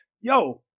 yo